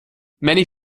many